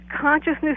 consciousness